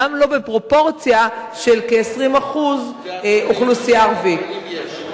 גם לא בפרופורציה של כ-20% אוכלוסייה ערבית.